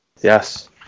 Yes